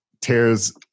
tears